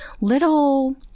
little